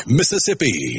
Mississippi